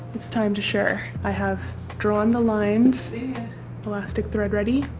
it's time to share. i have drawn the lines elastic thread ready